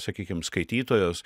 sakykim skaitytojos